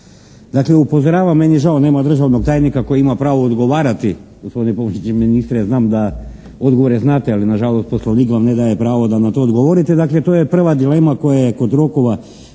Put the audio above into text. Dakle upozoravam, meni je žao, nema državnog tajnika koji ima pravo odgovarati gospodine pomoćniče ministra ja znam da odgovore znate, ali na žalost Poslovnik vam ne daje pravo da na to odgovorite, dakle to je prva dilema koja je kod rokova